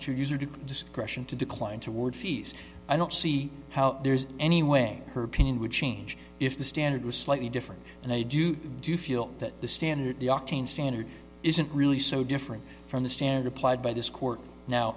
to discretion to decline toward fees i don't see how there's any way her opinion would change if the standard was slightly different and they do do you feel that the standard octane standard isn't really so different from the standard applied by this court now